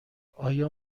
آیا